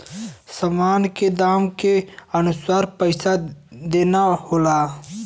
सामान के दाम के अनुसार पइसा देना होला